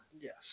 Yes